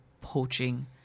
poaching